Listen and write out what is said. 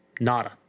Nada